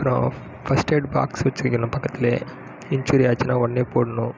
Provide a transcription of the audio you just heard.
அப்பறம் first aid box வச்சுருக்கணும் பக்கத்துலேயே இஞ்சூரி ஆச்சுனா ஒடனே போடணும்